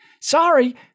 Sorry